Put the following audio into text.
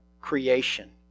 creation